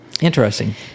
Interesting